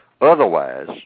Otherwise